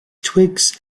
twigs